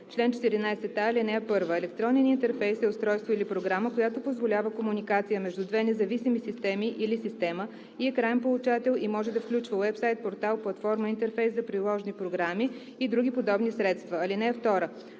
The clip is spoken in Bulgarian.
Чл. 14а. (1) Електронен интерфейс е устройство или програма, която позволява комуникация между две независими системи или система и краен получател и може да включва уебсайт, портал, платформа, интерфейс за приложни програми и други подобни средства. (2)